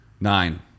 Nine